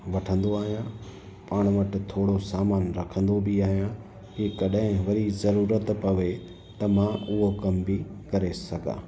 वठंदो आहियां पाण वटि थोरो सामान रखंदो बि आहियां जंहिं कॾहिं वरी ज़रूरत पए त मां उहो कम बि करे सघां